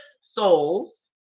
souls